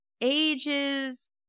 ages